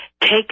Take